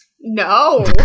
No